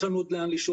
יש לנו עוד לאף לשאוף,